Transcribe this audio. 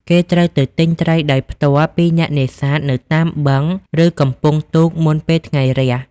គេត្រូវទៅទិញត្រីដោយផ្ទាល់ពីអ្នកនេសាទនៅតាមបឹង ឬកំពង់ទូកមុនពេលថ្ងៃរះ។